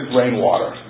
rainwater